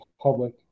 public